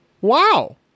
Wow